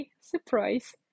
surprise